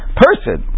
person